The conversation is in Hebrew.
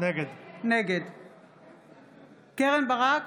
נגד קרן ברק,